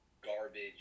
garbage